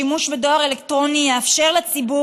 שימוש בדואר אלקטרוני יאפשר לציבור